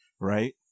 right